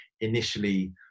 initially